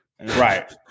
Right